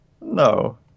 No